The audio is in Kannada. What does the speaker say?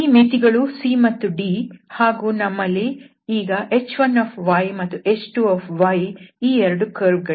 ಈ ಮಿತಿ ಗಳು c ಮತ್ತು d ಹಾಗೂ ನಮ್ಮಲ್ಲಿ ಈಗ h1 ಮತ್ತು h2 ಈ 2 ಕರ್ವ್ ಗಳಿವೆ